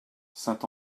saint